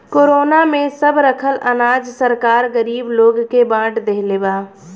corona में सब रखल अनाज सरकार गरीब लोग के बाट देहले बा